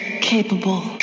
capable